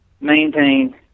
maintain